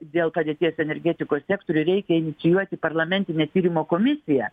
dėl padėties energetikos sektoriuj reikia inicijuoti parlamentinę tyrimo komisiją